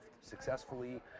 successfully